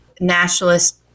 nationalist